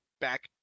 back